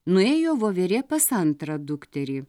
nuėjo voverė pas antrą dukterį